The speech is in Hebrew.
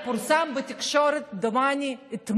אתמול, דומתני, פורסם בתקשורת, בוואלה.